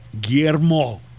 Guillermo